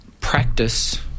practice